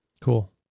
cool